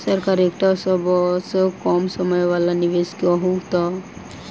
Sir एकटा सबसँ कम समय वला निवेश कहु तऽ?